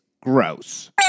gross